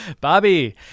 Bobby